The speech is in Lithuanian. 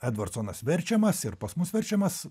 edvardsonas verčiamas ir pas mus verčiamas